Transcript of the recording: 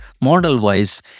model-wise